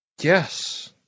Yes